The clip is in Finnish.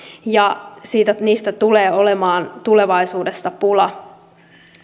ja heistä tulee olemaan tulevaisuudessa pula